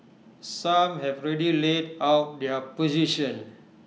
some have already laid out their position